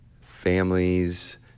families